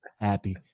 happy